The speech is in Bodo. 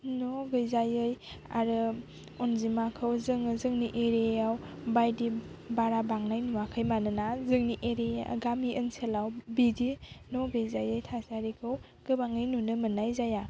न' गैजायै आरो अन्जिमाखौ जोङो जोंनि एरिया याव बायदि बारा बांनाय नुवाखै मानोना जोंनि एरिया गामि ओनसोलाव बिदि न' गैजायै थासारिखौ गोबाङै नुनो मोन्नाय जाया